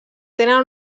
tenen